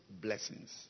blessings